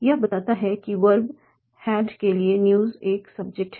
यह बताता है कि वर्ब हैड के लिए न्यूज़ एक सब्जेक्ट है